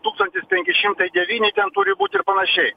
tūkstantis penki šimtai devyni ten turi būt ir panašiai